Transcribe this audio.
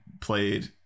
played